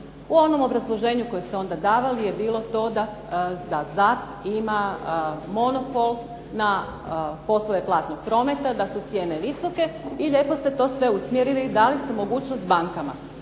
U onom obrazloženju koje ste onda davali je bilo to da ZAP ima monopol na poslove platnog prometa, da su cijene visoke, i lijepo ste to sve usmjerili, dali ste mogućnost bankama.